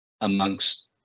amongst